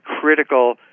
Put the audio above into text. critical